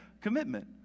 commitment